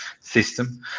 system